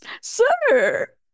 Sir